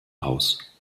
aus